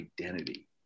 identity